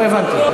לא הבנתי.